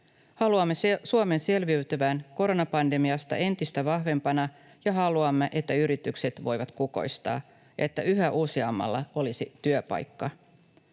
Haluamme Suomen selviytyvän koronapandemiasta entistä vahvempana, ja haluamme, että yritykset voivat kukoistaa ja että yhä useammalla olisi työpaikka.